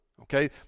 Okay